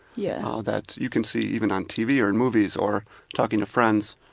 yeah all that you can see even on tv or in movies, or talking to friends,